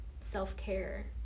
self-care